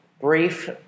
brief